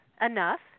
enough